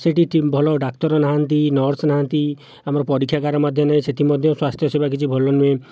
ସେଠି ଭଲ ଡାକ୍ତର ନାହାନ୍ତି ନର୍ସ ନାହାନ୍ତି ଆମର ପରୀକ୍ଷାଗାର ମଧ୍ୟ ନାହିଁ ସେଠି ମଧ୍ୟ ସ୍ୱାସ୍ଥ୍ୟସେବା କିଛି ଭଲ ନୁହେଁ